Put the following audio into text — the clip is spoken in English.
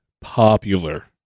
popular